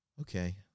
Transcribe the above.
okay